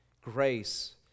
grace